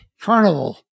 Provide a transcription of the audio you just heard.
carnival